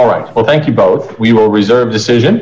all right well thank you both we will reserve decision